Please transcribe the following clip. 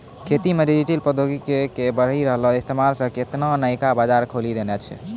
खेती मे डिजिटल प्रौद्योगिकी के बढ़ि रहलो इस्तेमालो से केतना नयका बजार खोलि देने छै